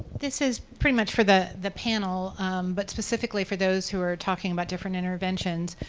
this is pretty much for the the panel but specifically for those who are talking about different interventions.